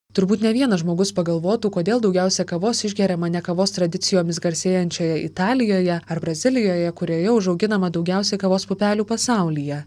turbūt ne vienas žmogus pagalvotų kodėl daugiausia kavos išgeriama ne kavos tradicijomis garsėjančioje italijoje ar brazilijoje kurioje užauginama daugiausiai kavos pupelių pasaulyje